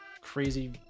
crazy